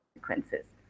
consequences